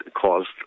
caused